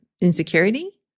insecurity